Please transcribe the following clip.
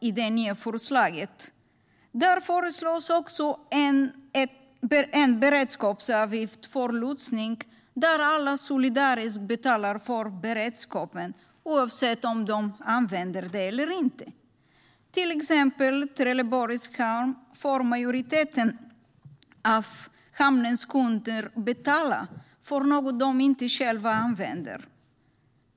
I det nya förslaget föreslås en beredskapsavgift för lotsning där alla solidariskt betalar för beredskapen, oavsett om de använder den eller inte. I till exempel Trelleborgs hamn får majoriteten av hamnens kunder betala för något de själva inte använder.